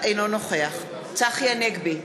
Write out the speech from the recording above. אינו נוכח צחי הנגבי,